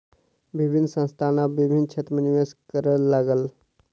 विभिन्न संस्थान आब विभिन्न क्षेत्र में निवेश करअ लागल